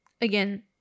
again